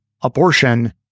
abortion